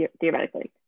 theoretically